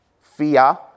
Fear